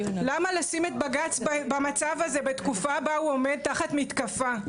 למה לשים את בג"צ במצב הזה בתקופה בה הוא עומד תחת מתקפה,